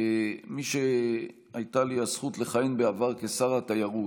כמי שהייתה לו הזכות לכהן בעבר כשר תיירות,